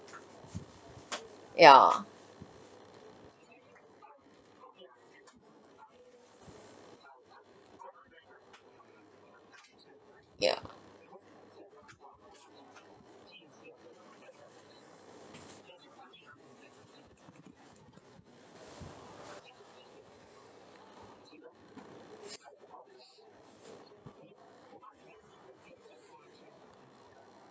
yeah yeah